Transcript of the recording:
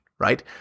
right